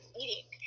eating